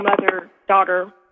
mother-daughter